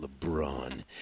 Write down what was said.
lebron